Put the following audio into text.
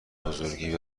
بزرگی